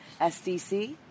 sdc